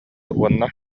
уонна